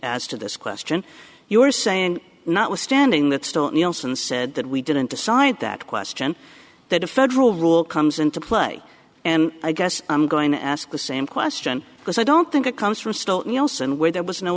as to this question you're saying notwithstanding that still neilson said that we didn't decide that question that a federal rule comes into play and i guess i'm going to ask the same question because i don't think it comes from else and where there